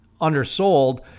undersold